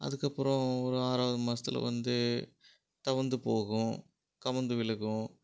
அதற்கப்பறம் ஒரு ஆறாவது மாதத்துல வந்து தவழ்ந்து போகும் தவழ்ந்து விழுகும்